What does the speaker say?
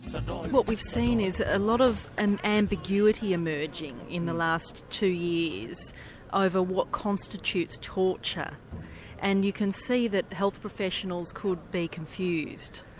and what we've seen is a lot of an ambiguity emerging in the last two years over what constitutes torture and you can see that health professionals could be confused.